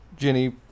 Jenny